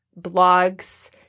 blogs